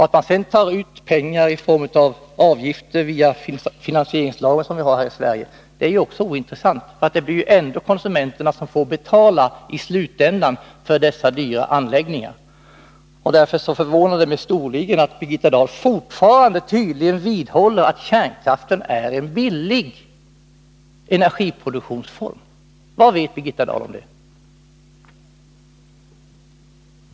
Att man sedan tar pengar i form av avgifter enligt finansieringslagen, som vi har här i Sverige, är ju ointressant, för det blir ju ändå konsumenterna som till slut får betala för dessa dyra anläggningar. Därför förvånar det mig storligen att Birgitta Dahl tydligen fortfarande vidhåller att kärnkraften är en billig energiproduktionsform. Vad vet Birgitta Dahl om det?